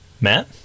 matt